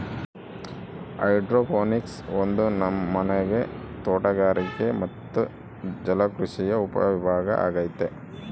hydroponics ಒಂದು ನಮನೆ ತೋಟಗಾರಿಕೆ ಮತ್ತೆ ಜಲಕೃಷಿಯ ಉಪವಿಭಾಗ ಅಗೈತೆ